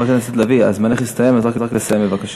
חברת הכנסת לביא, זמנך הסתיים, אז רק לסיים בבקשה.